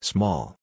Small